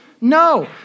No